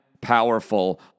powerful